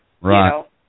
Right